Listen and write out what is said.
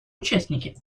участники